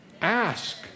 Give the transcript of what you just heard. Ask